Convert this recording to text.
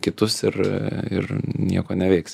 kitus ir ir nieko neveiks